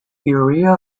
urea